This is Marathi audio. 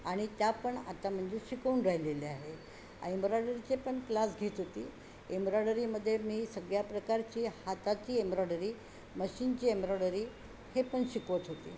आणि त्या पण आता म्हणजे शिकवून राहिलेले आहे एम्ब्रॉयडरीचे पण क्लास घेत होती एम्ब्रॉयडरीमध्ये मी सगळ्या प्रकारची हाताची एम्ब्रॉयडरी मशीनची एम्ब्रॉयडरी हे पण शिकवत होते